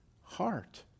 heart